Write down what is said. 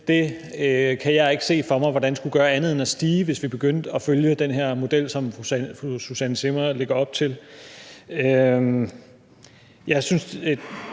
jeg kan ikke se for mig, hvordan det skulle gøre andet end at stige, hvis vi begyndte at følge den her model, som fru Susanne Zimmer lægger op til.